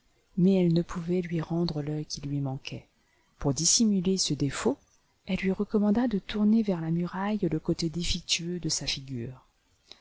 mais elle ne pouvait lui rendre l'œil qui lui manquait pour dissimuler ce défaut elle lui recommanda de tourner vers la muraille le côté défectueux de sa filiure